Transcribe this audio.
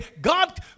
God